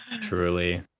Truly